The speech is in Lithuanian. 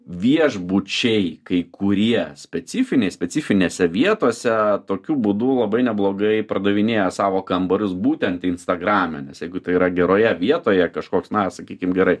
viešbučiai kai kurie specifiniai specifinėse vietose tokiu būdu labai neblogai pardavinėja savo kambarius būtent instagrame nes jeigu tai yra geroje vietoje kažkoks na sakykim gerai